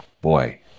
Boy